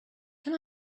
can